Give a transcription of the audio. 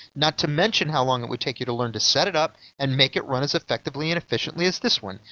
not to mention how long it would take you to learn to set it up and make it run as effectively and efficiently as this one,